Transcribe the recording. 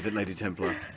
but lady templar.